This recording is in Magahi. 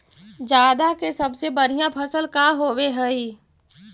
जादा के सबसे बढ़िया फसल का होवे हई?